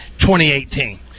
2018